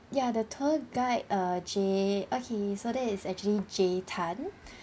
ya the tour guide uh jay okay so that is actually jay tan